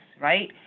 right